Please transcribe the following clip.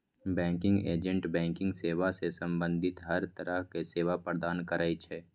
banking agent banking सेवा सं संबंधित हर तरहक सेवा प्रदान करै छै